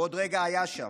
בעוד רגע הוא היה שם.